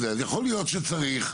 יכול להיות שצריך,